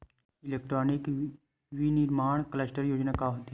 Electronic विनीर्माण cluster योजना का होथे?